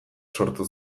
sortu